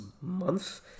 month